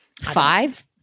Five